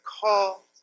call